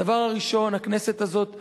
הדבר הראשון, הכנסת הזאת מחויבת,